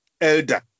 elder